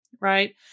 right